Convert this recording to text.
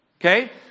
Okay